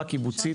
יש לי